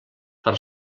per